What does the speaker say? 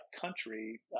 country